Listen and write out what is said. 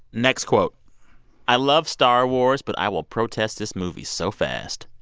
next quote i love star wars, but i will protest this movie so fast.